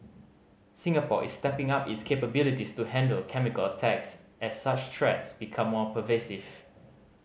Singapore is stepping up its capabilities to handle chemical attacks as such threats become more pervasive